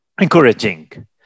encouraging